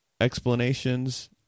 explanations